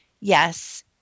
Yes